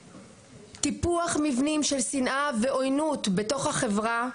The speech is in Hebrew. טיפוח מבנים של שנאה ועוינות בתוך החברה,